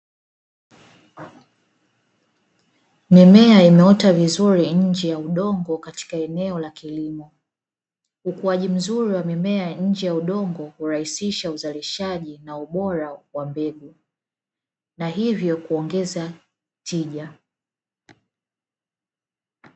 Mimea imeota vizuri nje ya udongo katika eneo la kilimo, ukuaji mzuri wa mimea nje ya udongo urahisisha uzarishaji na ubora wa mbegu na hivyo kuongeza tija.